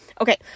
Okay